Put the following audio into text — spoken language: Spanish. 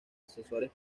asesores